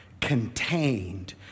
contained